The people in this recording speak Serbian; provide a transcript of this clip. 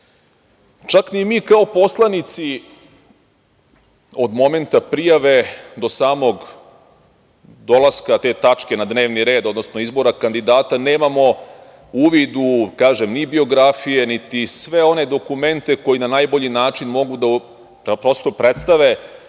ni mi kao poslanici, od momenta prijave do samog dolaska te tačke na dnevni red, odnosno izbora kandidata, nemamo uvid u biografije, niti u sve one dokumente koji na najbolji način mogu da prosto predstave